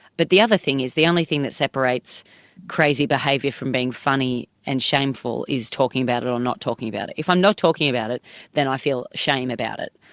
but the other thing is, the only thing that separates crazy behaviour from being funny and shameful is talking about it or not talking about it. if i'm not talking about it then i feel shame about it,